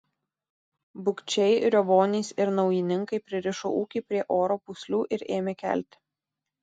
bukčiai riovonys ir naujininkai pririšo ūkį prie oro pūslių ir ėmė kelti